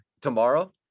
tomorrow